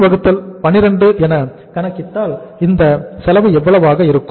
212 என கணக்கிட்டால் இந்த செலவு எவ்வளவாக இருக்கும்